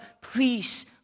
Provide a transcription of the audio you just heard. please